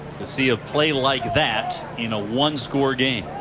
to see a play like that in a one score game.